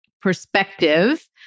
perspective